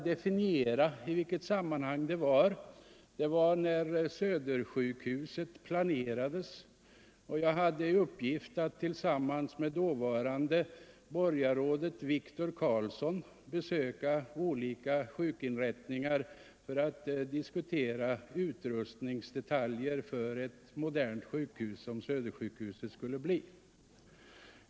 Det var när Södersjukhuset planerades, och jag hade i uppgift att tillsammans med dåvarande borgarrådet Wictor Karlsson besöka olika sjukvårdsinrättningar för att diskutera utrustningsdetaljer för ett modernt sjukhus, som Södersjukhuset skulle bli.